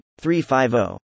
350